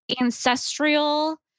ancestral